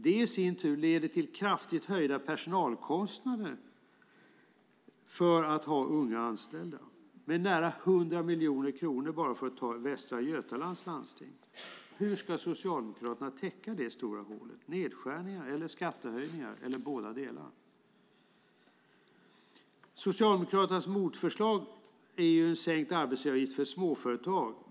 Detta i sin tur leder till kraftigt höjda personalkostnader för att ha unga anställda - med nära 100 miljoner kronor bara i Västra Götalands landsting. Hur ska Socialdemokraterna täcka det stora hålet - med nedskärningar eller skattehöjning eller med bådadera? Socialdemokraternas motförslag är sänkt arbetsgivaravgift för småföretag.